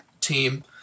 team